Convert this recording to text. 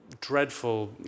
dreadful